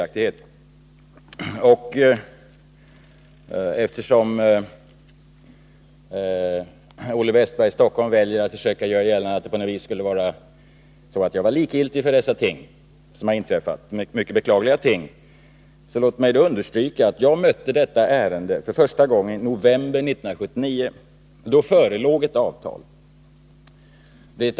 Låt mig understryka — eftersom Olle Wästberg försöker göra gällande att jag på något sätt skulle vara likgiltig för de mycket beklagliga ting som har inträffat — att jag mötte detta ärende för första gången i november 1979. Då förelåg ett avtal.